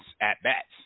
at-bats